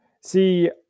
See